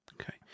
okay